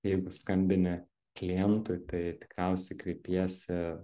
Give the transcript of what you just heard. jeigu skambini klientui tai tikriausiai kreipiesi